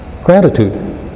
gratitude